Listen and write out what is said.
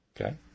Okay